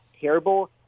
terrible